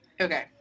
Okay